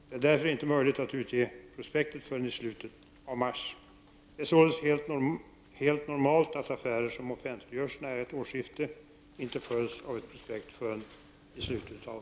Det är därför inte möjligt att utge prospektet förrän i slutet av mars. Det är således helt normalt att affärer som offentliggörs nära ett årsskifte inte följs av ett prospekt förrän i slutet av mars.